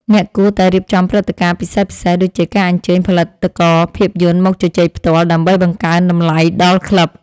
អ្នកគួរតែរៀបចំព្រឹត្តិការណ៍ពិសេសៗ ដូចជាការអញ្ជើញផលិតករភាពយន្តមកជជែកផ្ទាល់ ដើម្បីបង្កើនតម្លៃដល់ក្លឹប។